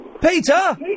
Peter